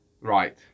Right